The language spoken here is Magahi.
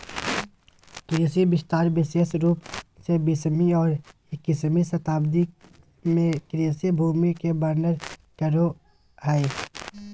कृषि विस्तार विशेष रूप से बीसवीं और इक्कीसवीं शताब्दी में कृषि भूमि के वर्णन करो हइ